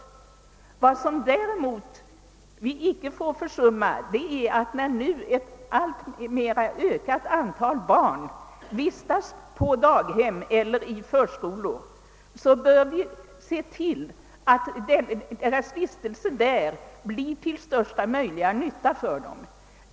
Däremot bör vi se till att när ett alltmera ökat antal barn vistas på daghem eller i förskolor deras vistelse där blir till största möjliga nytta för dem.